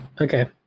Okay